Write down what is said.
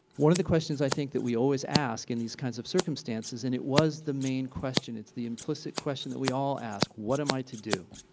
one of the questions i think that we always ask in these kinds of circumstances and it was the main question, it's the implicit question that we all ask, what am i to do?